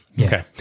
okay